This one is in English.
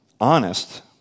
honest